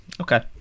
Okay